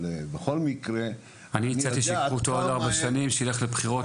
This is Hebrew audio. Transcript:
אבל בכל מקרה אי הצעתי שילך בעוד ארבע שנים לבחירות,